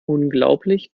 unglaublich